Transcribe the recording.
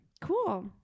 Cool